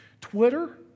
Twitter